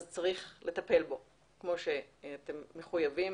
צריך לטפל בו כמו שאתם מחויבים